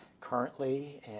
currently